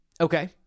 Okay